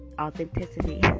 authenticity